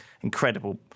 incredible